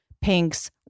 pinks